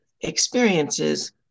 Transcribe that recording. experiences